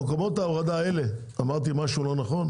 מקומות ההורדה האלה אמרתי משהו לא נכון?